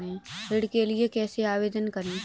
ऋण के लिए कैसे आवेदन करें?